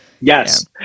Yes